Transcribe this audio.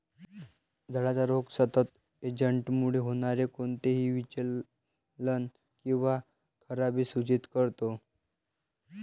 झाडाचा रोग सतत एजंटमुळे होणारे कोणतेही विचलन किंवा खराबी सूचित करतो